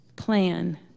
plan